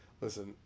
listen